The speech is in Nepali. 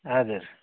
हजुर